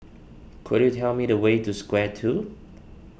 could you tell me the way to Square two